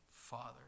father